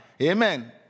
Amen